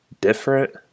different